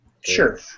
Sure